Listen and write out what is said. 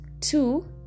Two